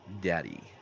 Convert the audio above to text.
Daddy